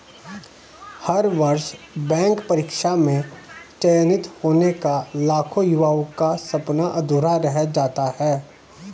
हर वर्ष बैंक परीक्षा में चयनित होने का लाखों युवाओं का सपना अधूरा रह जाता है